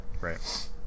right